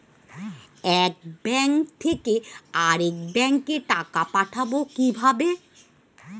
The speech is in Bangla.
এক ব্যাংক থেকে আরেক ব্যাংকে টাকা পাঠাবো কিভাবে?